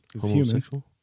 Homosexual